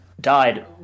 died